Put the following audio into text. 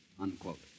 Unquote